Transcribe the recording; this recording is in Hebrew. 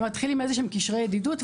הם מתחילים איזשהם קשרי ידידות,